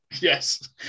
Yes